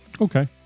Okay